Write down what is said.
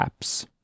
apps